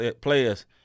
players